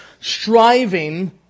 striving